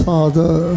Father